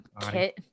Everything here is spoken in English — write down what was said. Kit